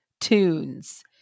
tunes